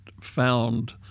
found